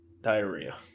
diarrhea